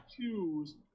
choose